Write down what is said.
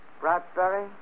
Bradbury